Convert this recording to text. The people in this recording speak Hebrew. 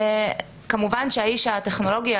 כמובן שהאיש הטכנולוגי,